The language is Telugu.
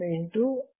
R13 ఉంది